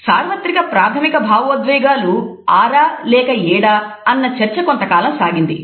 సార్వత్రిక ప్రాథమిక భావోద్వేగాలు ఆరా లేక ఏడా అన్న చర్చ కొంతకాలం సాగింది